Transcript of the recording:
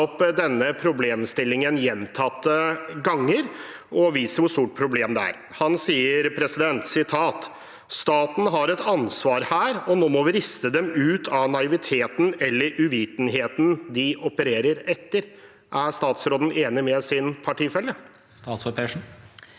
denne problemstillingen gjentatte ganger og vist hvor stort problemet er. Han har sagt: «Staten har et ansvar her og nå må vi riste dem ut av naiviteten eller uvitenheten de opererer etter.» Er statsråden enig med sin partifelle? Statsråd Marte